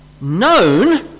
known